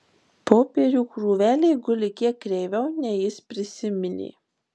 popierių krūvelė guli kiek kreiviau nei jis prisiminė